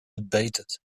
debated